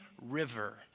river